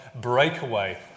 breakaway